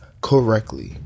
correctly